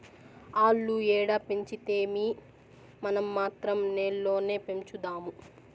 ఆల్లు ఏడ పెంచితేమీ, మనం మాత్రం నేల్లోనే పెంచుదాము